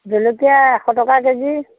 জলকীয়া এশ টকা কেজি